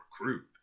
recruit